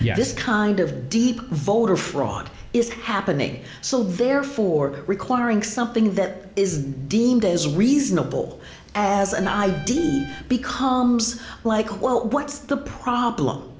this kind of deep voter fraud is happening, so therefore requiring something that is deemed as reasonable as an id becomes like, well, what's the problem?